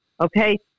Okay